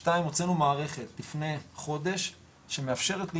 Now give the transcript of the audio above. שתיים, הוצאנו מערכת לפני חודש שמאפשרת לראות,